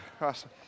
awesome